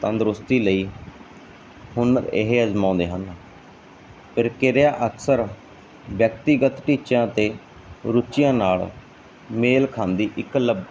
ਤੰਦਰੁਸਤੀ ਲਈ ਹੁਣ ਇਹ ਅਜ਼ਮਾਉਂਦੇ ਹਨ ਫਿਰ ਕਿਰਿਆ ਅਕਸਰ ਵਿਅਕਤੀਗਤ ਟੀਚਿਆਂ ਅਤੇ ਰੁਚੀਆਂ ਨਾਲ ਮੇਲ ਖਾਂਦੀ ਇੱਕ ਲ